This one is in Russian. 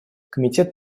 комитет